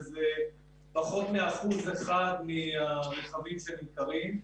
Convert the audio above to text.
שזה פחות מאחוז אחד מהרכבים שנמכרים.